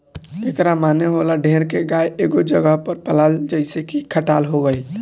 एकरा माने होला ढेर गाय के एगो जगह पर पलाल जइसे की खटाल हो गइल